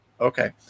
Okay